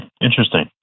Interesting